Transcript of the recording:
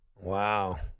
Wow